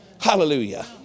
Hallelujah